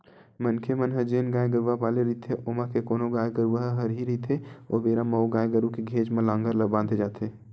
मनखे मन ह जेन गाय गरुवा पाले रहिथे ओमा के कोनो गाय गरुवा ह हरही रहिथे ओ बेरा म ओ गाय गरु के घेंच म लांहगर ला बांधे जाथे